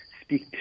speak